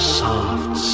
soft